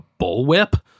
bullwhip